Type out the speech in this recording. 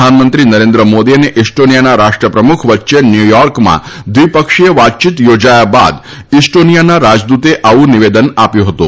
પ્રધાનમંત્રી નરેન્દ્ર મોદી અને ઈસ્ટોનીયાના રાષ્ટ્રપ્રમુખ વચ્ચે ન્યુયોર્કમાં દ્વિપક્ષીય વાતયીત યોજાયા બાદ ઈસ્ટોનીયાના રાજદૂતે આવું નિવેદન આપ્યું હતું